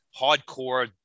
hardcore